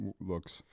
looks